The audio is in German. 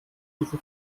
diese